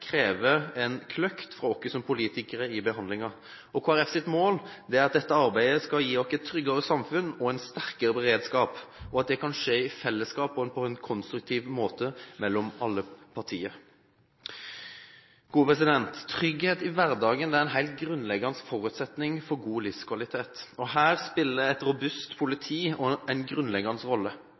en kløkt fra oss som politikere i behandlingen. Kristelig Folkepartis mål er at dette arbeidet skal gi oss et tryggere samfunn og en sterkere beredskap, og at det kan skje i fellesskap og på en konstruktiv måte mellom alle partier. Trygghet i hverdagen er en helt grunnleggende forutsetning for god livskvalitet. Her spiller et robust politi også en grunnleggende rolle.